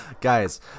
guys